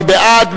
מי בעד?